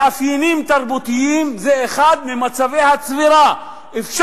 גם מאפיינים תרבותיים הם אחד ממצבי הצבירה של מהות האדם.